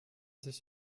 sich